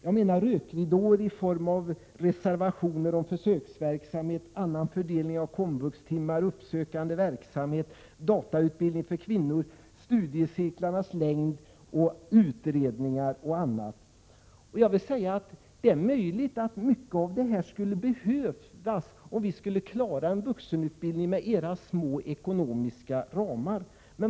Det är rökridåer i form av reservationer om försöksverksamhet, annan fördelning av timmarna på komvux, uppsökande verksamhet, datautbildning för kvinnor, studiecirklarnas längd, utredningar och annat. Det är möjligt att mycket av detta skulle behövas och att vi skulle kunna klara av vuxenutbildningen med era små ekonomiska ramar.